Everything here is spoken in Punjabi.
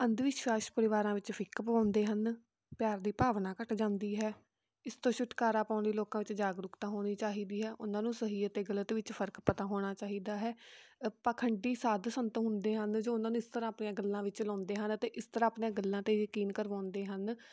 ਅੰਧ ਵਿਸ਼ਵਾਸ ਪਰਿਵਾਰਾਂ ਵਿੱਚ ਫਿੱਕ ਪਵਾਉਂਦੇ ਹਨ ਪਿਆਰ ਦੀ ਭਾਵਨਾ ਘੱਟ ਜਾਂਦੀ ਹੈ ਇਸ ਤੋਂ ਛੁਟਕਾਰਾ ਪਾਉਣ ਦੀ ਲੋਕਾਂ ਵਿੱਚ ਜਾਗਰੂਕਤਾ ਹੋਣੀ ਚਾਹੀਦੀ ਹੈ ਉਹਨਾਂ ਨੂੰ ਸਹੀ ਅਤੇ ਗਲਤ ਵਿੱਚ ਫਰਕ ਪਤਾ ਹੋਣਾ ਚਾਹੀਦਾ ਹੈ ਅ ਪਾਖੰਡੀ ਸਾਧ ਸੰਤ ਹੁੰਦੇ ਹਨ ਜੋ ਉਹਨਾਂ ਨੂੰ ਇਸ ਤਰ੍ਹਾਂ ਆਪਣੀਆਂ ਗੱਲਾਂ ਵਿੱਚ ਲਾਉਂਦੇ ਹਨ ਅਤੇ ਇਸ ਤਰ੍ਹਾਂ ਆਪਣੇ ਗੱਲਾਂ 'ਤੇ ਯਕੀਨ ਕਰਵਾਉਂਦੇ ਹਨ